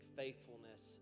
faithfulness